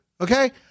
Okay